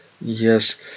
Yes